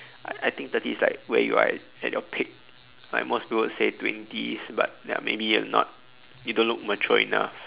I think thirty is like where you are at at your peak like most towards say twenties but maybe you're not you don't look matured enough